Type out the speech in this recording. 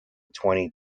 twenty